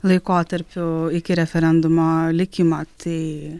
laikotarpiu iki referendumo likimą tai